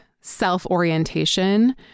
self-orientation